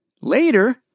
Later